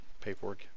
paperwork